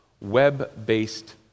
web-based